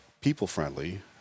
people-friendly